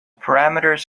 parameters